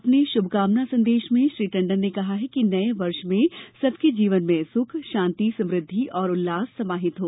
अपने शुभकामना संदेश में श्री टंडन ने कहा कि नये वर्ष में सबके जीवन में सुख शांति समृद्धि और उल्लास समाहित हो